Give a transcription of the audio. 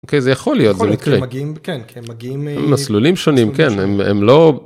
אוקיי, זה יכול להיות, זה מקרה... כן, כי הם מגיעים מ... מסלולים שונים, כן, הם לא...